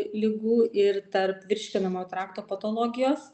ligų ir tarp virškinamojo trakto patologijos